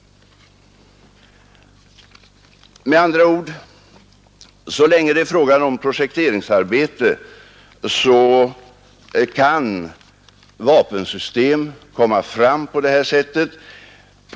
Med andra ord: Så länge det är fråga om projekteringsarbete kan vapensystem komma fram på detta sätt.